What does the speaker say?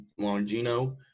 Longino